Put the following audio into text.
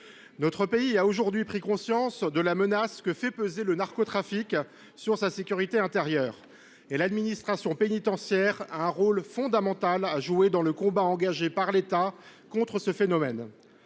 Notre pays a aujourd’hui pris conscience de la menace que fait peser le narcotrafic sur sa sécurité intérieure. L’administration pénitentiaire a un rôle fondamental à jouer dans le combat engagé par l’État contre ce phénomène.